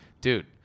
Dude